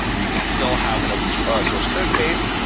you can still have an open source ah source code base.